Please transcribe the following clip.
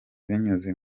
binyuze